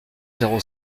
zéro